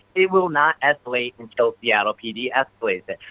it will not escalate until seattle pd escalates it.